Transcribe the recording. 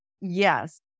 Yes